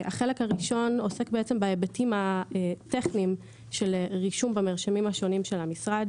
החלק הראשון עוסק בהיבטים הטכניים של רישום במרשמים השונים של המשרד: